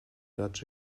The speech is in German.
gerade